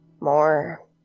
more